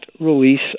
release